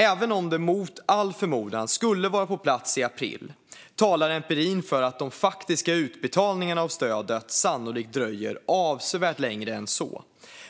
Även om det mot all förmodan skulle vara på plats i april talar empirin för att de faktiska utbetalningarna av stödet sannolikt dröjer avsevärt längre än så,